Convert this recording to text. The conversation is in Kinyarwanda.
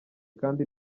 kandi